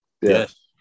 Yes